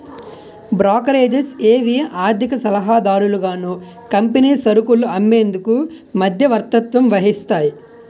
brokerages ఏవి ఆర్థిక సలహాదారులుగాను కంపెనీ సరుకులు అమ్మేందుకు మధ్యవర్తత్వం వహిస్తాయి